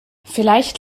vielleicht